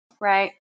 right